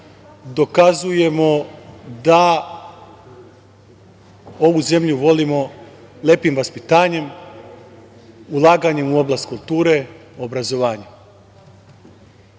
dokazujemo da ovu zemlju volimo lepim vaspitanjem, ulaganjem u oblast kulture, obrazovanja. Kada